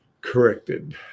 corrected